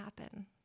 happen